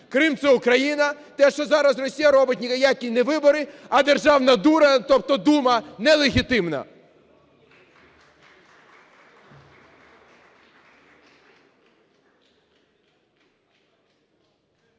Крим – це Україна. Те, що зараз Росія робить, ніякі не вибори, а "державна дура", тобто Дума – нелегітимна.